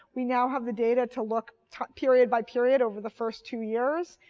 we now have the data to look period-by-period over the first two years,